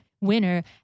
winner